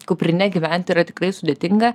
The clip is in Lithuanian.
kuprine gyventi yra tikrai sudėtinga